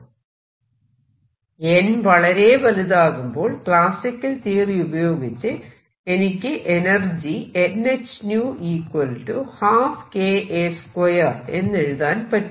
n വളരെ വലുതാകുമ്പോൾ classical theory ഉപയോഗിച്ച് എനിക്ക് എനർജി എന്നെഴുതാൻ പറ്റും